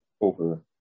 over